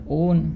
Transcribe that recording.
own